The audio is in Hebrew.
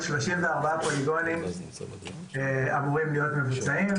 34 פוליגונים אמורים להיות מבוצעים.